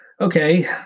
Okay